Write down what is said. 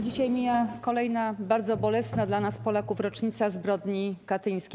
Dzisiaj mija kolejna bardzo bolesna dla nas, Polaków, rocznica zbrodni katyńskiej.